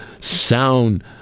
sound